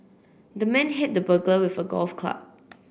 the man hit the burglar with a golf club